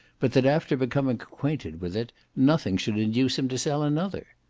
but that after becoming acquainted with it, nothing should induce him to sell another.